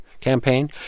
campaign